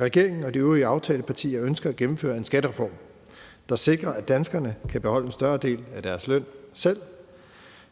Regeringen og de øvrige aftalepartier ønsker at gennemføre en skattereform, der sikrer, at danskerne kan beholde en større del af deres løn selv,